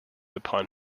upon